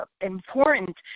important